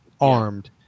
armed